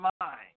mind